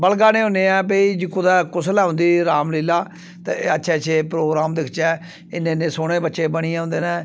बलगने होन्ने आं कि भई कुतै जे कुसलै औंदी राम लीला ते अच्छे अच्छे प्रोग्राम दिक्खचै इन्ने इन्ने सोह्ने बच्चे बनियै औंदे न